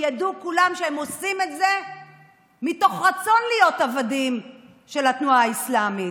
שידעו כולם שהם עושים את זה מתוך רצון להיות עבדים של התנועה האסלאמית.